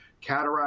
cataract